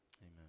Amen